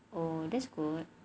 oh that's good